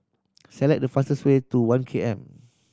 select the fastest way to One K M